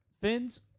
Fins